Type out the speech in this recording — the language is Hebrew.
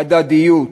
הדדיות.